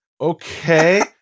Okay